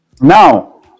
now